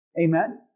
Amen